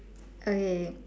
okay